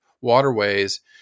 waterways